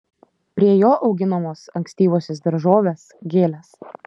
prie jo auginamos ankstyvosios daržovės gėlės